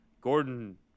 Gordon